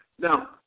Now